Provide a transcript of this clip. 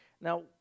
Now